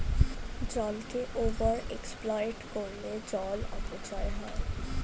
জলকে over exploit করলে জল অপচয় হয়